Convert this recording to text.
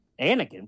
Anakin